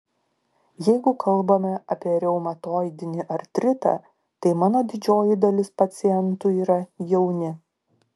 jeigu kalbame apie reumatoidinį artritą tai mano didžioji dalis pacientų yra jauni